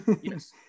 Yes